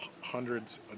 hundreds